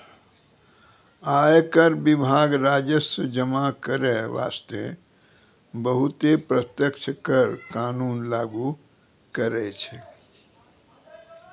आयकर विभाग राजस्व जमा करै बासतें बहुते प्रत्यक्ष कर कानून लागु करै छै